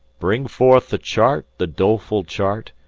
bring forth the chart, the doleful chart,